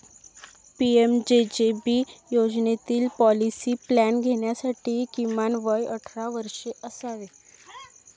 PMJJB योजनेतील policy plan घेण्यासाठी किमान वय अठरा वर्षे असावे